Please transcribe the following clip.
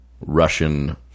Russian